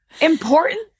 important